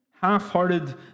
Half-hearted